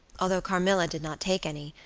although carmilla did not take any,